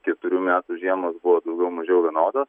keturių metų žiemos buvo daugiau mažiau vienodo